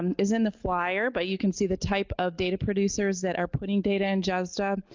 um is in the flier but you can see the type of data producers that are putting data in jesda.